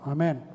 Amen